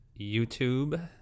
YouTube